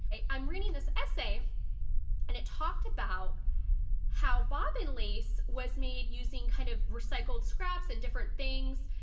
i'm reading this essay and it talked about how bobbin lace was made using kind of recycled scraps and different things.